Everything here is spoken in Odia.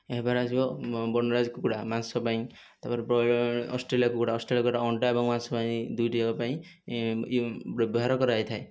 ଏହାପରେ ଆସିବ ବବନରାଜ କୁକୁଡ଼ା ମାଂସ ପାଇଁ ତାପରେ ବ୍ର ଅଷ୍ଟ୍ରେଲିଆ କୁକୁଡ଼ା ଅଷ୍ଟ୍ରେଲିଆ କୁକୁଡ଼ା ଅଣ୍ଡା ଏବଂ ମାଂସ ପାଇଁ ଦୁଇଟି ଯାକ ପାଇଁ ଇଏ ବ୍ୟବହାର କରାଯାଇଥାଏ